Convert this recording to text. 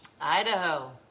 Idaho